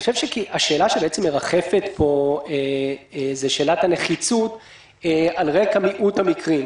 השאלה שמרחפת פה זו שאלת הנחיצות על רקע מיעוט המקרים.